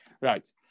Right